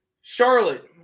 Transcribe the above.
Charlotte